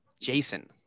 Jason